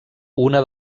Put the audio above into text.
una